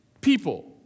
people